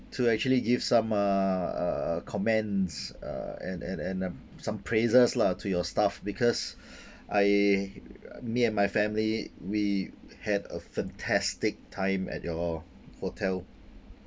to actually give some uh uh comments uh and and and uh some praises lah to your staff because I me and my family we had a fantastic time at your hotel